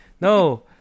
No